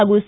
ಹಾಗೂ ಸಿ